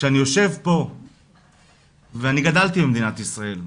כשאני יושב פה ואני גדלתי במדינת ישראל,